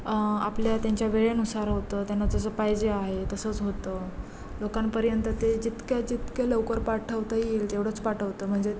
आपल्या त्यांच्या वेळेनुसार होतं त्यांना जसं पाहिजे आहे तसंच होतं लोकांपर्यंत ते जितक्या जितक्या लवकर पाठवता येईल तेवढंच पाठवतं म्हणजे